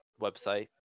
website